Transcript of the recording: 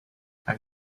have